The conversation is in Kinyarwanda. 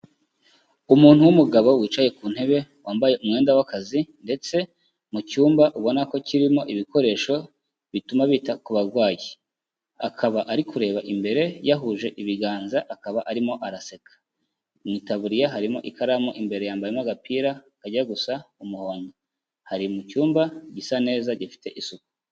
Umuntu w'umugabo wicaye ku ntebe wambaye umwenda w'akazi ndetse mu cyumba ubona ko kirimo ibikoresho bituma bita ku barwayi, akaba ari kureba imbere yahuje ibiganza, akaba arimo araseka, mu itaburiya harimo ikaramu, imbere yambayemo agapira kajya gusa umuhondo, ari mu cyumba gisa neza gifite isuku.